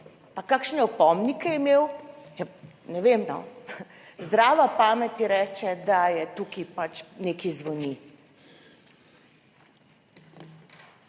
pa kakšne opomnike imel, ne vem, zdrava pamet reče, da je tukaj pač nekaj zvoni.